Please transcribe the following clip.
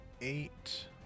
eight